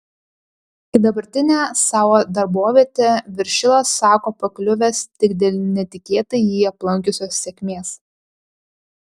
į dabartinę savo darbovietę viršilas sako pakliuvęs tik dėl netikėtai jį aplankiusios sėkmės